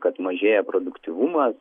kad mažėja produktyvumas